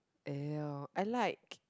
!eww! I like